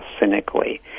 cynically